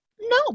no